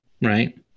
right